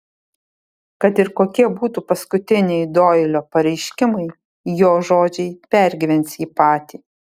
kad ir kokie būtų paskutiniai doilio pareiškimai jo žodžiai pergyvens jį patį